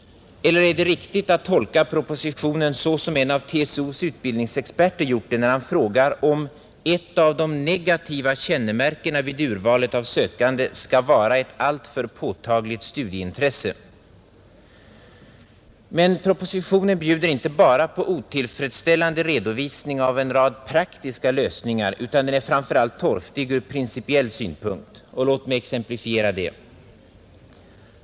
Eller är det riktigt att tolka propositionen så som en av TCO:s utbildningsexperter gjort, när han frågar om ett av de negativa kännemärkena vid urvalet av sökande skall vara ett alltför påtagligt studieintresse? Propositionen bjuder emellertid inte bara på otillfredsställande redovisning av en rad praktiska lösningar, utan den är framför allt torftig ur principiell synpunkt. Låt mig exemplifiera.